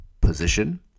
position